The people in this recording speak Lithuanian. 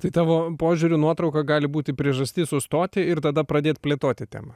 tai tavo požiūriu nuotrauka gali būti priežastis sustoti ir tada pradėt plėtoti temą